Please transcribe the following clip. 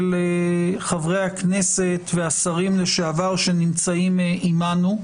חברי הכנסת והשרים לשעבר שנמצאים עימנו.